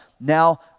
Now